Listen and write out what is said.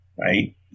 right